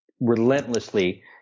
relentlessly